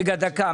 רגע, דקה.